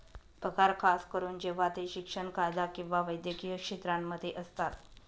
पगार खास करून जेव्हा ते शिक्षण, कायदा किंवा वैद्यकीय क्षेत्रांमध्ये असतात